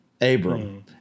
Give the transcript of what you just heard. Abram